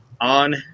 on